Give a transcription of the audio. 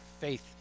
faith